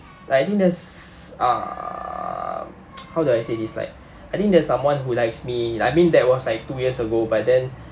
like I think there's uh how do I say this like I think there's someone who likes me I mean that was like two years ago but then